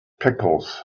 pickles